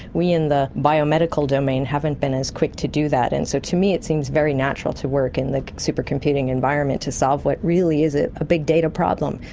we in the biomedical domain haven't been as quick to do that, and so to me it seems very natural to work in the supercomputing environments to solve what really is a ah big data problem.